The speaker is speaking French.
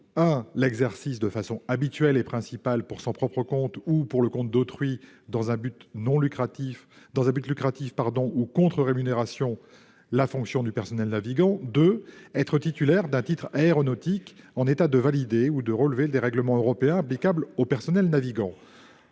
exercer de façon habituelle et principale, pour son propre compte ou pour le compte d'autrui, dans un but lucratif ou contre rémunération, la fonction de personnel navigant ; deuxièmement, être titulaire d'un titre aéronautique en état de validité ou relever des règlements européens applicables au personnel navigant.